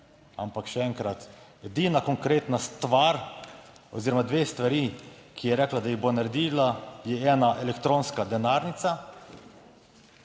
Ampak še enkrat, edina konkretna stvar oziroma dve stvari, ki je rekla, da jih bo naredila je ena elektronska denarnica.